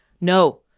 No